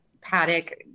paddock